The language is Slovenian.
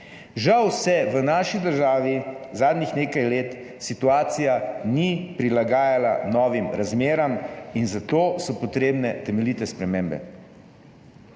Žal se v naši državi zadnjih nekaj let situacija ni prilagajala novim razmeram in zato so potrebne temeljite spremembe.